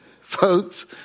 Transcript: Folks